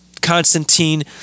Constantine